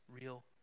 real